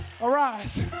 arise